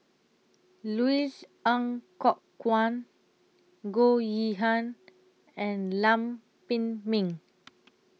Louis Ng Kok Kwang Goh Yihan and Lam Pin Min